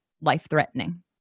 life-threatening